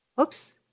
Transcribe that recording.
Oops